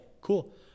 Cool